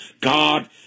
God